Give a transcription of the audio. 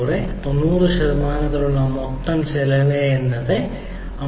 37 അതിനാൽ 90 ശതമാനത്തിനായുള്ള ഈ മൊത്തം ചെലവ് 25